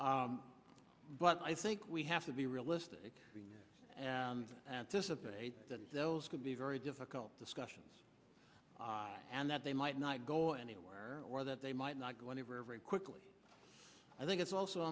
bodies but i think we have to be realistic and anticipate that those could be very difficult discussions and that they might not go anywhere or that they might not go anywhere very quickly i think it's also